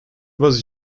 was